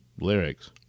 lyrics